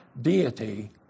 deity